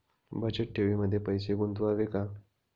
बचत ठेवीमध्ये पैसे गुंतवावे का?